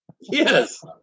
Yes